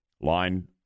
Line